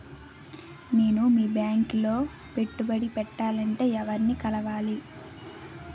నేను మీ బ్యాంక్ లో పెట్టుబడి పెట్టాలంటే ఎవరిని కలవాలి?